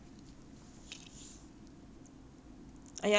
!aiya! then I will start paying lah ah shit